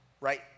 right